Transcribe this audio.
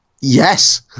Yes